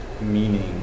meaning